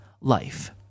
life